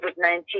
COVID-19